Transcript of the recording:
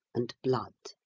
and blood.